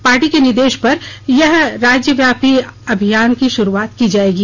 party के निर्देश पर यह राज्यव्यापी अभियान की शुरूआत की जायेगी